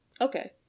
okay